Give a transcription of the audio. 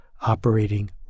operating